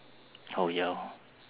oh ya hor